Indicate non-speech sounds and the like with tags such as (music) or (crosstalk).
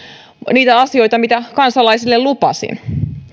niitä asioita mitä kansalaisille lupasin (unintelligible)